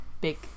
big